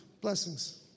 Blessings